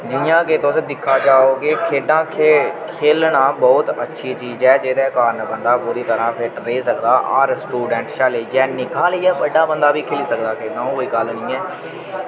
जि'यां के तुस दिक्खा जाओ के खेढां खेल खेलना बहुत अच्छी चीज ऐ जेह्दे कारण बंदा पूरी तरह फिट रेही सकदा हर स्टूडेंट शा लेइयै निक्के हा लेइयै बड्डा बंदा बी खेली सकदा खेढां ओह् कोई गल्ल नेईं ऐ